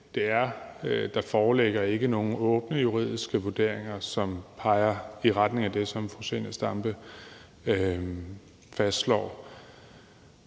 Der foreligger ikke nogen åbne juridiske vurderinger, som peger i retning af det, som fru Zenia Stampe fastslår.